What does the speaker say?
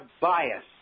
bias